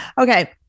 Okay